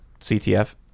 CTF